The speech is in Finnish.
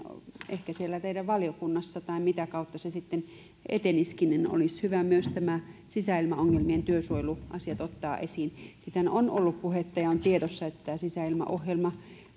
ehkä siellä teidän valiokunnassanne tai mitä kautta se sitten etenisikin olisi hyvä myös nämä sisäilmaongelmien työsuojeluasiat ottaa esiin nythän on ollut puhetta ja on tiedossa että sisäilmaohjelma